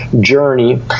journey